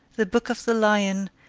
the book of the lion,